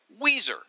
Weezer